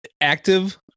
active